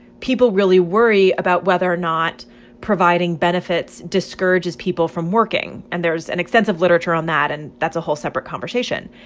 people really worry about whether or not providing benefits discourages people from working. and there's an extensive literature on that, and that's a whole separate conversation.